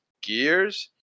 gears